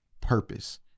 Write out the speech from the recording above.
purpose